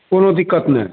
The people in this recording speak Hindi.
कोनो दिक़्क़त नहीं है